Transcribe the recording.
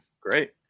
Great